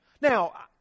Now